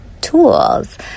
tools